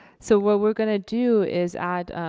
so what we're gonna do is add,